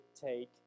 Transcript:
take